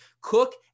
Cook